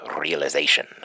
realization